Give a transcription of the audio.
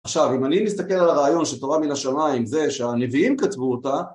עכשיו אם אני מסתכל על הרעיון של תורה מן השמיים, זה שהנביאים כתבו אותה